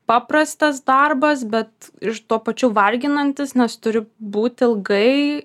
paprastas darbas bet iš tuo pačiu varginantis nes turi būt ilgai